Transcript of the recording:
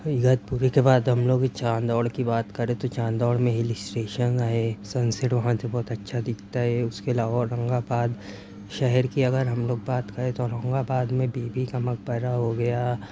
اگتپوری کے بعد ہم لوگ چاندوڑ کی بات کریں تو چاندوڑ میں ہل اسٹیشن ہے سن سیٹ وہاں سے بہت اچھا دکھتا ہے اُس کے علاوہ آورنگ آباد شہر کی اگر ہم لوگ بات کریں تو آورنگ آباد میں بی بی کا مقبرہ ہو گیا